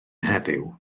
heddiw